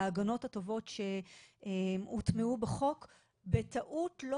ההגנות הטובות שהוטמעו בחוק בטעות לא